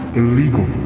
illegal